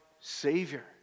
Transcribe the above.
Savior